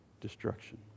destruction